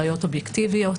ראיות אובייקטיביות.